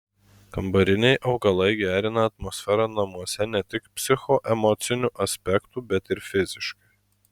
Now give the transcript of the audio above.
kambariniai augalai gerina atmosferą namuose ne tik psichoemociniu aspektu bet ir fiziškai